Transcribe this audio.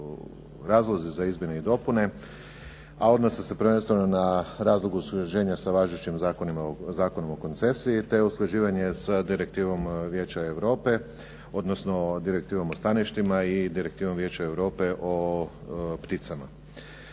razlozi za izmjene na dopune, a odnose se prvenstveno na razlog usklađenja sa važećeg Zakona o koncesiji, te usklađivanje sa Direktivom Vijeća Europe, odnosno Direktivom o staništima i Direktivom Vijeća Europe o pticama.